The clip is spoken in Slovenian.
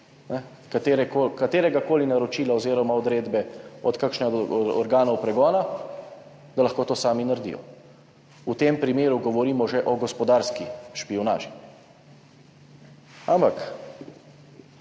kateregakoli naročila oziroma odredbe kakšnega od organov pregona, da lahko to sami naredijo. V tem primeru govorimo že o gospodarski špijunaži. Ampak